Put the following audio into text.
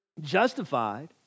justified